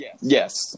Yes